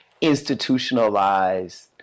institutionalized